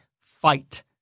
fight